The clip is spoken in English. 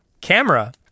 Camera